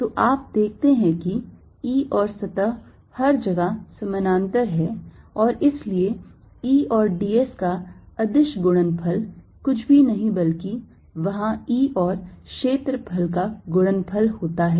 तो आप देखते हैं कि E और सतह हर जगह समानांतर हैं और इसलिए E और d s का अदिश गुणनफल कुछ भी नहीं बल्कि वहां E और क्षेत्रफल का गुणनफल होता है